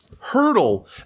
hurdle